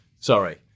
Sorry